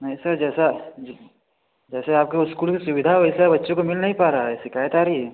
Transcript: नहीं सर जैसा जैसे आपके उस्कूल में सुविधा है वैसा बच्चों को मिल नहीं पा रहा है शिकायत आ रही है